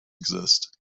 exist